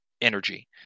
energy